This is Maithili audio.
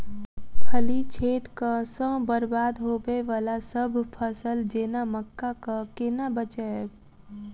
फली छेदक सँ बरबाद होबय वलासभ फसल जेना मक्का कऽ केना बचयब?